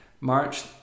march